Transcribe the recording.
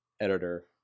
editor